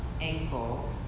ankle